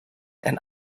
and